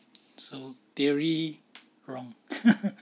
so theory wrong